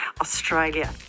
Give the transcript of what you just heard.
Australia